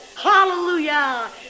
Hallelujah